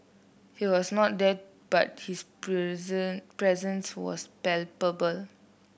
he was not there but his presence was palpable